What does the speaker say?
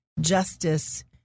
justice